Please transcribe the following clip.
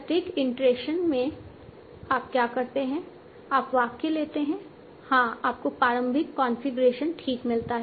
प्रत्येक इटरेशन में आप क्या करते हैं आप वाक्य लेते हैं हां आपको प्रारंभिक कॉन्फ़िगरेशन ठीक मिलता है